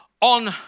on